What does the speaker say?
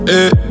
Hey